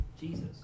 Jesus